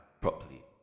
properly